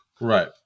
Right